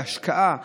בהשקעה מקצועית.